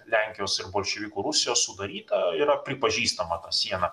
lenkijos ir bolševikų rusijos sudaryta yra pripažįstama ta siena